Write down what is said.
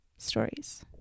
stories